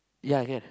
ya I have